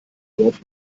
dorf